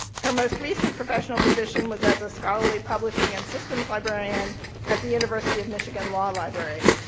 her most recent professional position was as a scholarly publishing and systems librarian at the university of michigan law library.